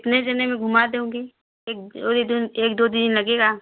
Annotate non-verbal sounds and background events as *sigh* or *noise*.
कितने जने में घुमा दोगे एक *unintelligible* एक दो दिन लगेगा